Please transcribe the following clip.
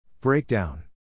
Breakdown